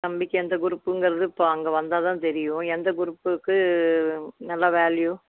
தம்பிக்கு எந்த க்ரூப்புங்கிறது இப்போ அங்கே வந்தா தான் தெரியும் எந்த க்ரூப்புக்கு நல்லா வேல்யூ